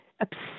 obsessed